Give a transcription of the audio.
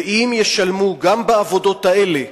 ואם ישלמו גם בעבודות האלה,